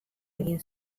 egin